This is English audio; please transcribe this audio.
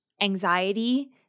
anxiety